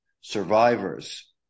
survivors